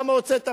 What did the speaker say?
למה הוצאת פה,